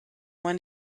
when